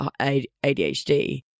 ADHD